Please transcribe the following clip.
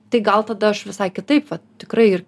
tai gal tada aš visai kitaip tikrai ir